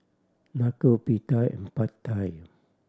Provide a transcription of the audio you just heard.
Nacho Pita and Pad Thai